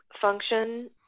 function